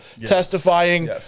testifying